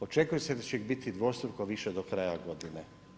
Očekuje se da će ih biti dvostruko više do kraja godine.